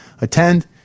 attend